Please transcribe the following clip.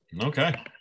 Okay